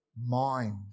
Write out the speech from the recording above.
mind